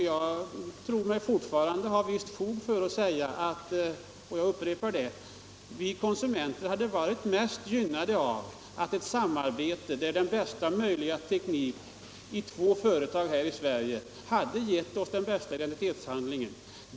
Jag tror mig fortfarande ha visst fog för att säga — och jag upprepar det — att vi konsumenter hade varit mest gynnade av ett samarbete där bästa möjliga teknik i två företag här i Sverige hade gett oss den bästa identitetshandlingen.